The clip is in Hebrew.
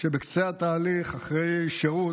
ובקצה התהליך, אחרי שירות,